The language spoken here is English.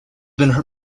been